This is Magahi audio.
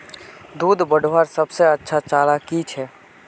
दूध बढ़वार सबसे अच्छा चारा की छे?